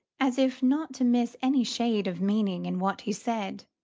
as if not to miss any shade of meaning in what he said,